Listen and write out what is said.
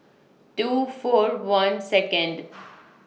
two four one Second